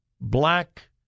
black